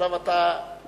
עכשיו אתה על